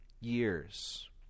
years